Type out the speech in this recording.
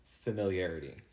familiarity